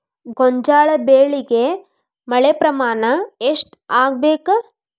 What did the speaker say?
ಗೋಂಜಾಳ ಬೆಳಿಗೆ ಮಳೆ ಪ್ರಮಾಣ ಎಷ್ಟ್ ಆಗ್ಬೇಕ?